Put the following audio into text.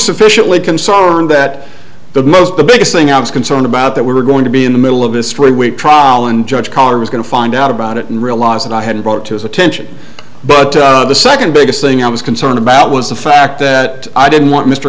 sufficiently concerned that the most the biggest thing i was concerned about that we were going to be in the middle of this story week trial and judge carr was going to find out about it and realize that i hadn't brought it to his attention but the second biggest thing i was concerned about was the fact that i didn't want mr